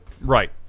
Right